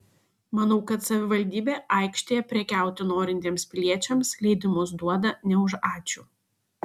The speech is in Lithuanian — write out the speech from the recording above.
manau kad savivaldybė aikštėje prekiauti norintiems piliečiams leidimus duoda ne už ačiū